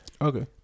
okay